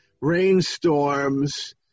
rainstorms